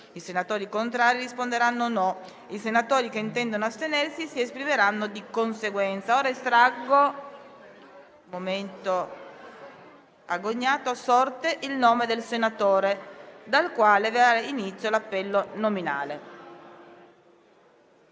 i senatori contrari risponderanno no; i senatori che intendono astenersi si esprimeranno di conseguenza. Estraggo ora a sorte il nome del senatore dal quale avrà inizio l'appello nominale.